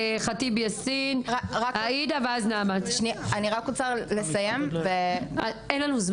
אני רוצה רק לסיים ולומר